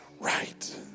right